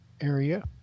area